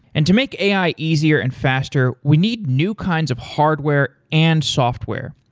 and to make ai easier and faster, we need new kinds of hardware and software,